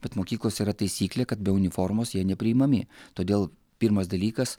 bet mokyklose yra taisyklė kad be uniformos jie nepriimami todėl pirmas dalykas